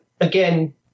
again